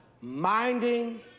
minding